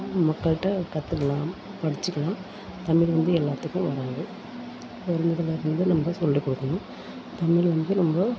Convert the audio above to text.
மக்கள்ட்ட கற்றுக்கலாம் படித்துக்கலாம் தமிழ் வந்து எல்லாத்துக்கும் வராது பிறந்ததுலருந்து நம்ம சொல்லி கொடுக்கணும் தமிழ் வந்து ரொம்ப